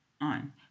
on